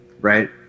right